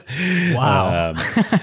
Wow